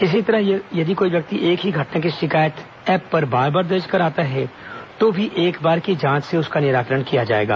इसी तरह से यदि कोई व्यक्ति एक ही घटना की शिकायत एप पर बार बार दर्ज कराता है तो भी एक बार की जांच से उसका निराकरण किया जाएगा